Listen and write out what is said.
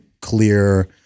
clear